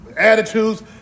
Attitudes